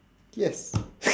yes